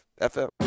FM